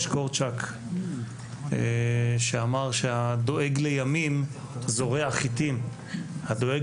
קורצ'אק שאמר שהדואג לימים זורע חיטים; הדואג